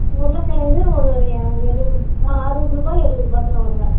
உருளைக் கிழங்கு ஒரு எ எழுவது ருபாய் அறுவது ருபாய் எழுவது ருபாய்க்குள்ள வருங்க